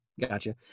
gotcha